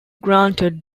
granted